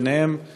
ובהם לצערו,